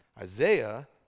Isaiah